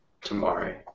tomorrow